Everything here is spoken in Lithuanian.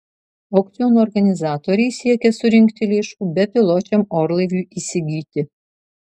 aukciono organizatoriai siekia surinkti lėšų bepiločiam orlaiviui įsigyti